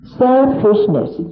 selfishness